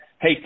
hey